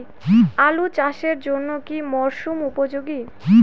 আলু চাষের জন্য কি মরসুম উপযোগী?